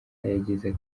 yagize